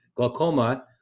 glaucoma